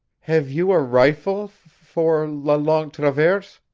have you a rifle for la longue traverse?